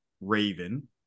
Raven